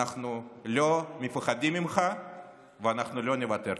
אנחנו לא מפחדים ממך ואנחנו לא נוותר.